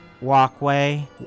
walkway